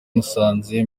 musanze